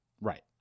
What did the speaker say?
Right